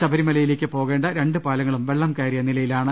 ശബരിമലയിലേക്ക് പോകേണ്ട രണ്ട് പാലങ്ങളും വെള്ളം കയറിയ നിലയിലാണ്